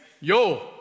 Yo